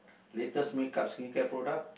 latest makeup skincare product